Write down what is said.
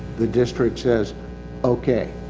the district says okay.